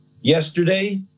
Yesterday